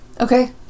Okay